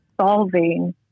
solving